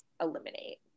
eliminate